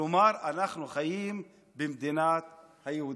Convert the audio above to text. כלומר אנחנו חיים במדינת היהודים.